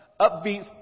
upbeat